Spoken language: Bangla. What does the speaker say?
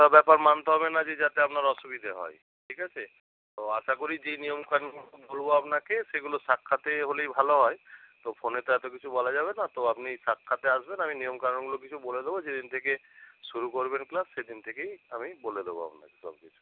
ব্যাপার মানতে হবে না যে যাতে আপনার অসুবিধা হয় ঠিক আছে তো আশা করি যে নিয়ম কানুন বলব আপনাকে সেগুলো সাক্ষাতে হলেই ভালো হয় তো ফোনে তো এত কিছু বলা যাবে না তো আপনি সাক্ষাতে আসবেন আমি নিয়ম কানুনগুলো কিছু বলে দেব যেদিন থেকে শুরু করবেন ক্লাস সেদিন থেকেই আমি বলে দেব আপনাকে সব কিছু